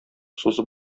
сузып